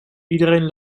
iedereen